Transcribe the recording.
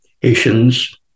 Haitians